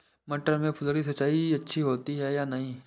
मटर में फुहरी सिंचाई अच्छी होती है या नहीं?